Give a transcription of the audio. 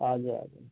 हजुर हजुर